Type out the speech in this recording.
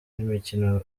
n’imikino